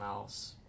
else